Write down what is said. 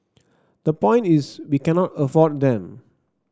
the point is we cannot afford them